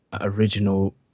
original